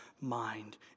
mind